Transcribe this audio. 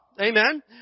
Amen